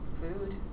food